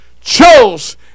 chose